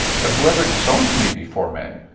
but whoever disowns me before men,